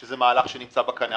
שזה מהלך שנמצא בקנה.